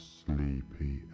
sleepy